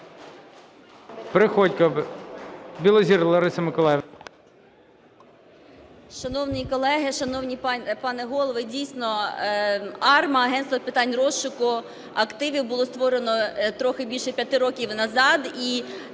Шановні колеги, шановний пане Голово, дійсно АРМА (агентство з питань розшуку активів) було створено трохи більше 5 років назад,